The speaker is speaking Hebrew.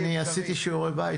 אני עשיתי שיעורי בית,